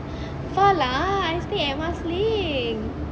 far lah I stay at marsiling